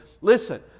listen